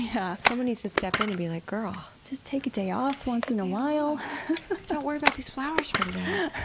yeah someone needs to step in and be like, girl. just take a day off once in a while. don't worry about these flowers for today.